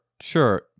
Sure